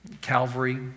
Calvary